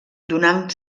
donant